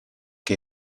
che